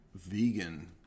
vegan